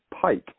Pike